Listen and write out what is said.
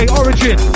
origin